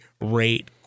rate